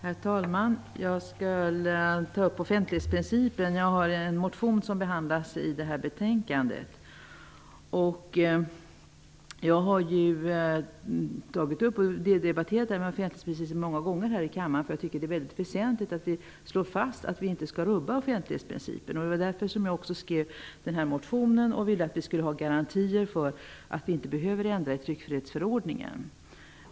Herr talman! Jag skall ta upp offentlighetsprincipen. Jag har väckt en motion som behandlas i detta betänkande. Dessutom har jag debatterat offentlighetsprincipen många gånger här i kammaren. Det är väsentligt att slå fast att offentlighetsprincipen inte skall rubbas. Jag väckte min motion därför att jag ville ha garantier för att tryckfrihetsförordningen inte ändras.